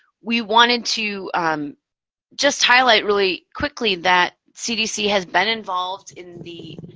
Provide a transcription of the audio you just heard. we wanted to just highlight really quickly that cdc has been involved in the